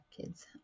kids